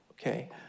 Okay